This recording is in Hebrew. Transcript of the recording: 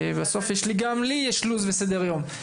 בסוף גם לי יש לו"ז וסדר יום.